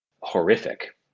horrific